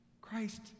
Christ